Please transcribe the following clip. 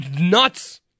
Nuts